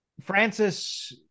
Francis